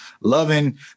loving